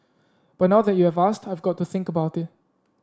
but now that you have asked I've got to think about it